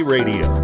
Radio